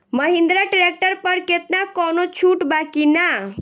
Mahindra tractor पर केतना कौनो छूट बा कि ना?